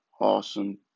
Awesome